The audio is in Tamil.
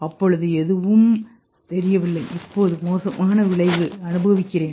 அப்போது எதுவும் தெரியவில்லை இப்போது மோசமான விளைவைஅனுபவிக்கிறேன்